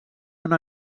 una